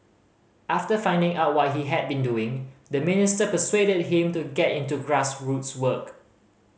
after finding out what he had been doing the minister persuaded him to get into grassroots work